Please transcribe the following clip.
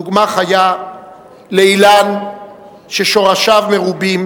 דוגמה חיה ל"אילן ששורשיו מרובים,